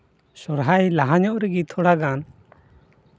ᱥᱚᱦᱨᱟᱭ ᱞᱟᱦᱟ ᱧᱚᱜ ᱨᱮᱜᱮ ᱛᱷᱚᱲᱟ ᱜᱟᱱ